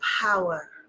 power